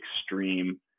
extreme